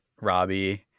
robbie